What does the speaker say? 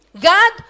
God